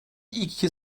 iki